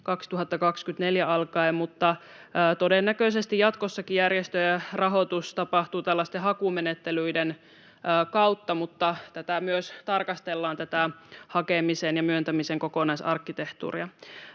2024 alkaen, mutta todennäköisesti jatkossakin järjestöjen rahoitus tapahtuu tällaisten hakumenettelyiden kautta. Mutta tarkastellaan myös tätä hakemisen ja myöntämisen kokonaisarkkitehtuuria.